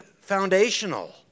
foundational